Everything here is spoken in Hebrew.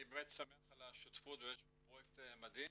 אני באמת שמח על השותפות ויש פה פרויקט מדהים